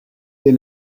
des